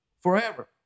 forever